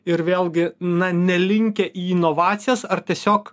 ir vėlgi na nelinkę į inovacijas ar tiesiog